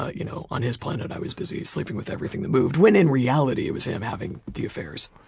ah you know on his planet, i was busy sleeping with everything that moved when in reality it was him having the affairs.